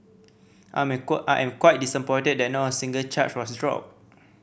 I'm I am quite disappointed that not a single charge was dropped